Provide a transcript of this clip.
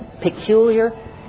peculiar